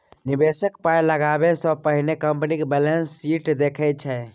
निबेशक पाइ लगाबै सँ पहिने कंपनीक बैलेंस शीट देखै छै